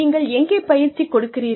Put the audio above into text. நீங்கள் எங்கே பயிற்சி கொடுக்கிறீர்கள்